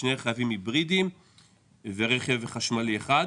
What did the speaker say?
שני רכבים היברידים ורכב חשמלי אחד,